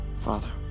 Father